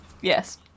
Yes